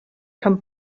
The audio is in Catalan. can